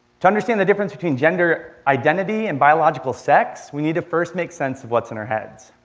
to understand the difference between gender identity and biological sex, we need to first make sense of what's in our heads.